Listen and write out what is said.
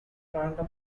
random